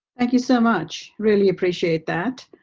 thank you so much really appreciate that